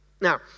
Now